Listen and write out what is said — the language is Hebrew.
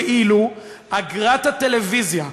ואילו אגרת הטלוויזיה,